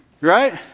Right